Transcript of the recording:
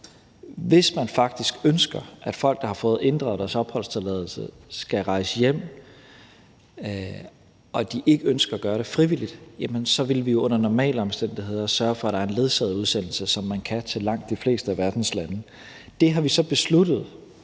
hvis man faktisk ønsker, at folk, der har fået inddraget deres opholdstilladelse, skal rejse hjem, og de ikke ønsker at gøre det frivilligt, så vil vi jo under normale omstændigheder sørge for, at der er en ledsaget udsendelse, som man kan gennemføre til de fleste af verdens lande. Det har vi så politisk